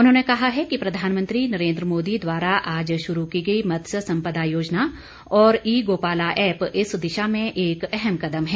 उन्होंने कहा है कि प्रधानमंत्री नरेन्द्र मोदी द्वारा आज शुरू की गई मत्स्य संपदा योजना और ई गोपाला ऐप्प इस दिशा में एक अहम कदम है